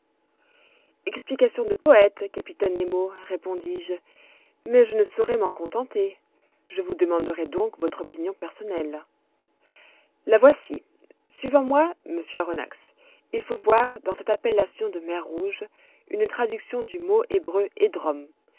explication de poète capitaine nemo répondis-je mais je ne saurais m'en contenter je vous demanderai donc votre opinion personnelle la voici suivant moi monsieur aronnax il faut voir dans cette appellation de mer rouge une traduction du mot hébreu edrom